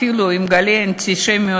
אפילו עם גלי האנטישמיות,